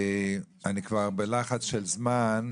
אני כבר בלחץ של זמן,